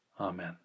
Amen